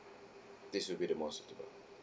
this will be the most suitable